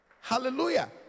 Hallelujah